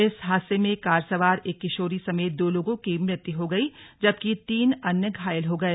इस हादसे में कार सवार एक किशोरी समेत दो लोगों की मृत्यु हो गई जबकि तीन अन्य घायल हो गए